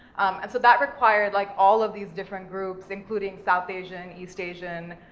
and so that required like all of these different groups, including south asian, east asian,